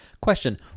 Question